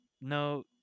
No